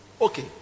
Okay